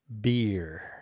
beer